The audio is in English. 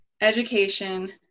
education